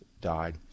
died